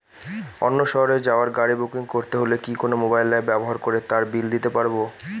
অন্য শহরে যাওয়ার গাড়ী বুকিং করতে হলে কি কোনো মোবাইল অ্যাপ ব্যবহার করে তার বিল দিতে পারব?